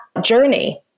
journey